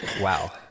Wow